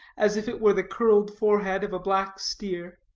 as if it were the curled forehead of a black steer.